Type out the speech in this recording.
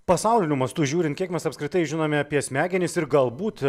pasauliniu mastu žiūrint kiek mes apskritai žinome apie smegenis ir galbūt